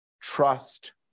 trust